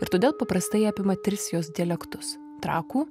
ir todėl paprastai apima tris jos dialektus trakų